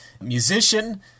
musician